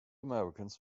americans